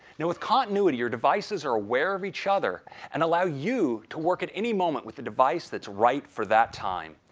now, with continuity, your devices are aware of each other and allow you to work at any moment with the device that's right for that time.